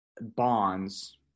bonds